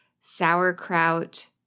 sauerkraut